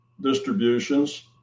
distributions